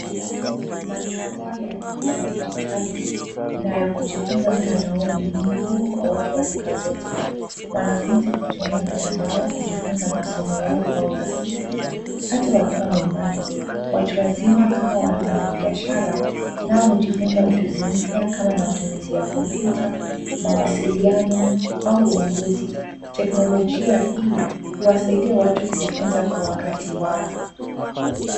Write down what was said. Majukwaa ya kidijitali na ya kujifunza mtandaoni ni muhimu kwa watu wa rika zote. Wanafunzi hutumia mtandao kujifunza masomo yao kwa urahisi hata wakiwa nyumbani. Watu wazima kama wafanyibiashara nao hujifunza ujuzi mpya kama matumizi ya kompyuta, mawasiliano au uongozi. Teknolojia hii huwasaidia watu kujifunza kwa wakati wao.